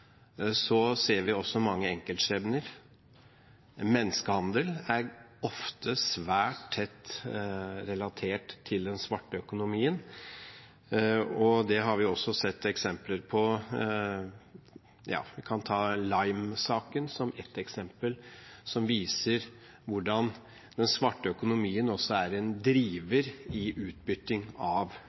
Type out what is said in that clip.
så det er av stor samfunnsmessig betydning. Samtidig er det for mange et spørsmål om det personlige, for i kjølvannet av svart arbeid og svart økonomi ser vi også mange enkeltskjebner. Menneskehandel er ofte svært tett relatert til den svarte økonomien, og det har vi også sett eksempler på. Vi kan ta Lime-saken, som